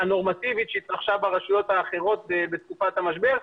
הנורמטיבית שהתרחשה ברשויות האחרות בתקופת המשבר,